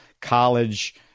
college